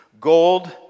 Gold